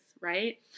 right